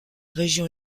région